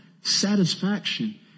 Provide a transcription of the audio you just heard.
satisfaction